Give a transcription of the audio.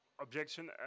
objection